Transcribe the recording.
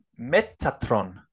Metatron